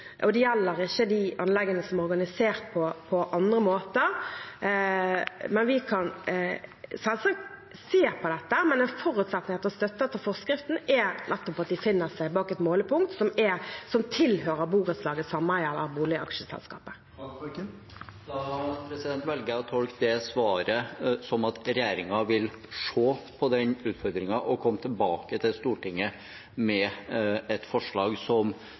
anleggene som er organisert på andre måter. Vi kan selvsagt se på dette, men en forutsetning for støtte etter forskriften er nettopp at de befinner seg bak et målepunkt som tilhører borettslaget, sameiet eller boligaksjeselskapet. Da velger jeg å tolke det svaret som at regjeringen vil se på den utfordringen og komme tilbake til Stortinget med et forslag som